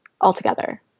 altogether